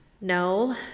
No